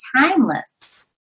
timeless